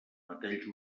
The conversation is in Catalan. metalls